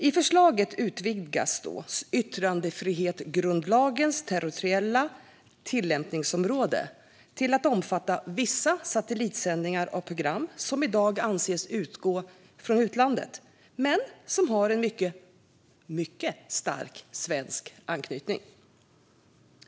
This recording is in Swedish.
I förslaget utvidgas yttrandefrihetsgrundlagens territoriella tillämpningsområde till att omfatta vissa satellitsändningar av program som i dag anses utgå från utlandet men som har en mycket stark svensk anknytning.